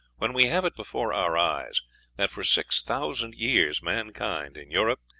when we have it before our eyes that for six thousand years mankind in europe,